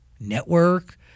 network